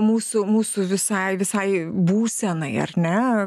mūsų mūsų visai visai būsenai ar ne